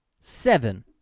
seven